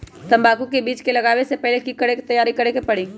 तंबाकू के बीज के लगाबे से पहिले के की तैयारी करे के परी?